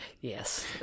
Yes